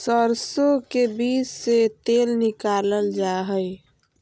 सरसो के बीज से तेल निकालल जा हई